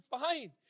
fine